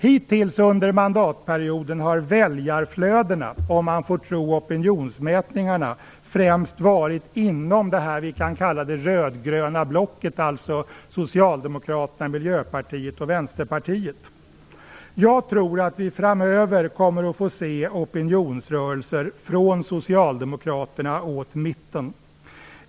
Hittills under mandatperioden har väljarflödena, om man får tro opinionsmätningarna, främst skett inom det vi kan kalla det rödgröna blocket, dvs. Socialdemokraterna, Miljöpartiet och Vänsterpartiet. Jag tror att vi framöver kommer att få se opinionsrörelser från Socialdemokraterna åt mitten.